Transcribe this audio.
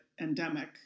endemic